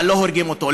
אבל לא הורגים אותו.